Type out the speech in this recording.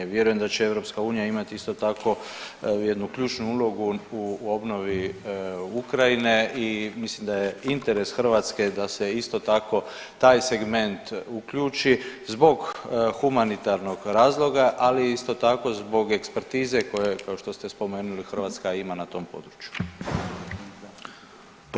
Ja vjerujem da će EU imat isto tako jednu ključnu ulogu u obnovi Ukrajine i mislim da je interes Hrvatske da se isto tako taj segment uključi zbog humanitarnog razloga, ali isto tako zbog ekspertize koja je kao što ste spomenuli Hrvatska ima na tom području.